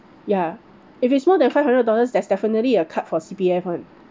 ya if it's more than five hundred dollars there's definitely a cut for C_P_F [one]